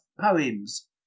poems